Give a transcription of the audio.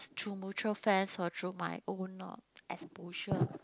through mutual friends or through my own exposure